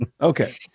okay